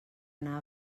anar